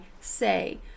say